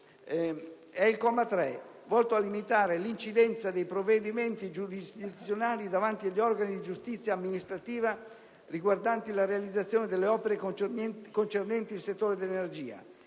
il comma 3, volto a limitare l'incidenza dei provvedimenti giurisdizionali davanti agli organi di giustizia amministrativa riguardanti la realizzazione delle opere concernenti il settore dell'energia.